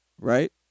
right